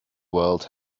world